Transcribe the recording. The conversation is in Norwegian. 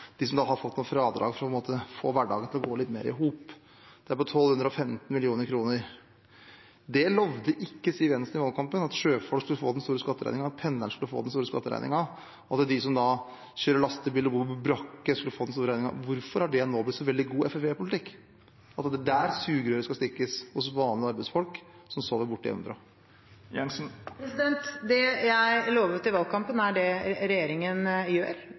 de som har fått fradrag for å få hverdagen til å gå litt mer i hop. Den er på 1 215 mill. kr. Det lovet ikke Siv Jensen i valgkampen – at sjøfolk skulle få den store skatteregningen, at pendlerne skulle få den store skatteregningen, at de som kjører lastebil og bor på brakke, skulle få den store regningen. Hvorfor har det nå blitt så veldig god Fremskrittsparti-politikk – at det er hos vanlige arbeidsfolk som sover hjemmefra, at sugerøret skal stikkes? Det jeg lovet i valgkampen, er det regjeringen gjør